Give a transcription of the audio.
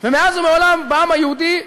ומאז ומעולם בעם היהודי,